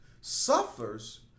Suffers